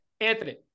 Anthony